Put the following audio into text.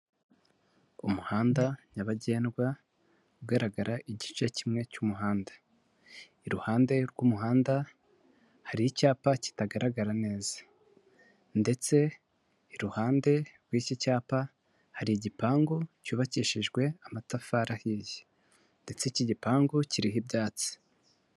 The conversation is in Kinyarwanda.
Umuhanda nyabagendwa ugaragara igice kimwe cy'umuhanda, iruhande rw'umuhanda hari icyapa kitagaragara neza ndetse iruhande rw'iki cyapa hari igipangu cyubakishijwe amatafari ahiye ndetse iki gipangu kiriho ibyatsi.